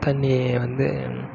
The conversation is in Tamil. தண்ணியை வந்து